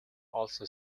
also